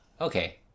Okay